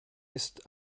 ist